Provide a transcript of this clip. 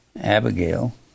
Abigail